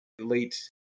late